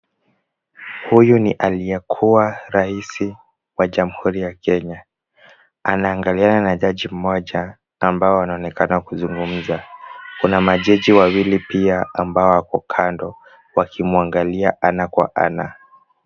Huyu ni aliyekuwa Rais wa Jamhuri ya Kenya. Anaangaliana na jaji mmoja ambaye wanaonekana kuzungumza. Kuna majaji wawili pia ambao wako kando wakimwangalia ana kwa ana.